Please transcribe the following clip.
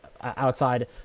outside